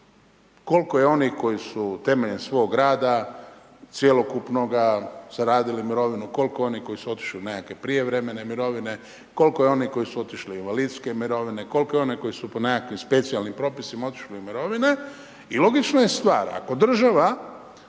Koliko je onih koji su temeljem svog rada cjelokupnoga zaradili mirovinu, koliko je onih koji su otišli u nekakve prijevremene mirovine, koliko je onih koji su po nekakvim specijalnim propisima otišli u mirovine i logična je stvar, ako država